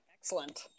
Excellent